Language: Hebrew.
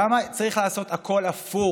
למה צריך לעשות הכול הפוך?